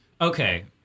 Okay